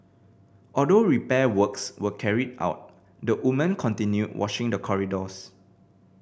although repair works were carried out the woman continued washing the corridors